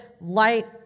light